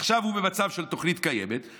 עכשיו הוא במצב של תוכנית קיימת,